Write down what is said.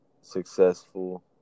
successful